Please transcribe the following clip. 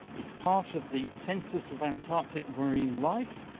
it's part of the census of antarctic marine life,